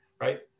right